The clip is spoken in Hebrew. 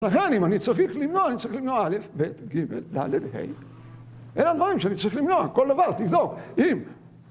לכן, אם אני צריך למנוע, אני צריך למנוע א', ב', ג', ד', ה'. אלה הדברים שאני צריך למנוע, כל דבר, תיזום. אם.